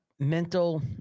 Mental